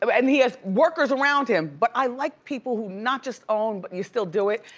um and he has workers around him, but i like people who not just own, but you still do it.